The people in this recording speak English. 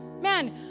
Man